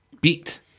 beat